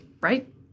Right